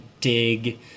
dig